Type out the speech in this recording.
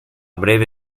breve